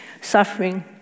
suffering